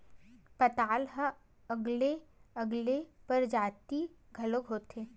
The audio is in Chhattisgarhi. पताल ह अलगे अलगे परजाति घलोक होथे